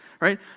right